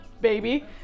baby